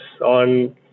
on